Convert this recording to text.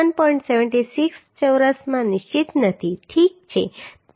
76 ચોરસમાં નિશ્ચિત નથી ઠીક છે